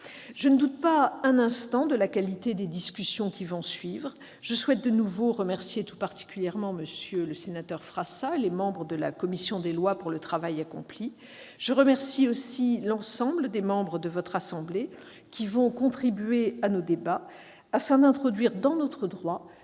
Je ne doute pas un instant de la qualité des discussions qui vont suivre. Je souhaite de nouveau remercier tout particulièrement M. le sénateur Christophe-André Frassa et les membres de la commission des lois pour le travail accompli. Je remercie aussi l'ensemble des membres de votre assemblée qui contribueront à nos débats afin d'introduire, dans notre droit,